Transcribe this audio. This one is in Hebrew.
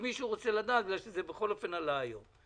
אם מישהו רוצה לדעת בגלל שזה בכל אופן עלה היום.